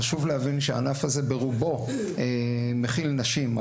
חשוב להבין שהענף הזה ברובו מכיל נשים.